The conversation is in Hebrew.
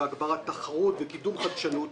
להגברת תחרות וקידום חדשנות.